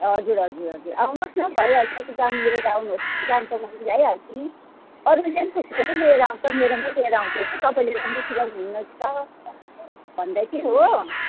हजुर हजुर हजुर आउनुहोस् न भइहाल्छ त्यो काम लिएर आउनुहोस् कि दाम त म मिलाइहाल्छु नि अरूले पनि थुप्रैले लिएर आउँछ मेरोमै लिएर आउँछ कि तपाईँले राम्रो सिलाउनु हुँदोरहेछ भन्दै थियो हो